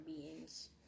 beings